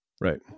Right